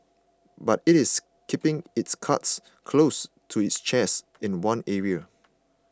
but it is keeping its cards close to its chest in one area